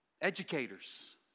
Educators